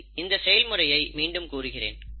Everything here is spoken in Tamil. சரி இந்த செயல்முறையை மீண்டும் கூறுகிறேன்